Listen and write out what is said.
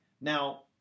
Now